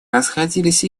расходились